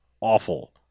awful